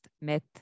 met